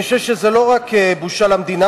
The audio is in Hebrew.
אני חושב שזה לא רק בושה למדינה,